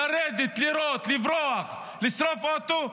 לרדת, לירות, לברוח, לשרוף אוטו,